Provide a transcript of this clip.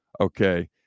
Okay